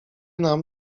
nam